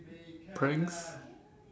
pranks